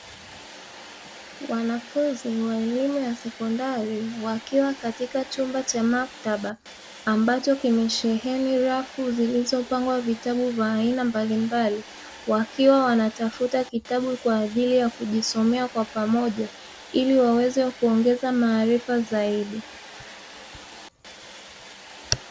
Wanafunzi wa elimu ya sekondari wakiwa katika chumba cha maktaba ambacho kimesheheni rafu zilizopangwa vitabu vya aina mbalimbali, wakiwa wanatafuta kitabu kwa ajili ya kujisomea kwa pamoja ili waweze kuongeza maarifa zaidi.